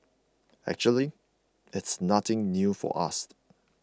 actually it's nothing new for us